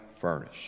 furnace